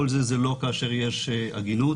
זה לא כאשר יש עגינות.